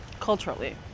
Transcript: Culturally